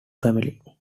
family